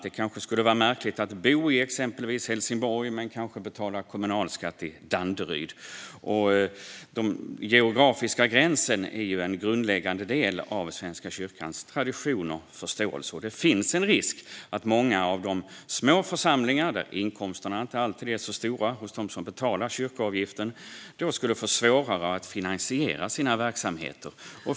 Det skulle kanske vara märkligt att bo i exempelvis Helsingborg men betala kommunalskatt i Danderyd. Den geografiska gränsen är en grundläggande del av Svenska kyrkans tradition och förståelse. Och det finns en risk att många av de små församlingarna, där inkomsterna hos dem som betalar kyrkoavgiften inte alltid är stora, skulle få svårare att finansiera sina verksamheter.